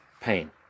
pain